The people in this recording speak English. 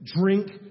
drink